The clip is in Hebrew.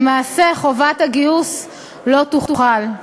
למעשה חובת הגיוס לא תוחל.